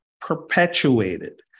perpetuated